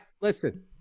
listen